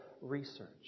research